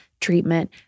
treatment